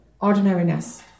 Ordinariness